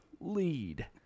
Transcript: Lead